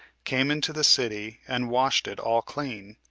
came into the city, and washed it all clean.